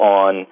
on